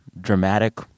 dramatic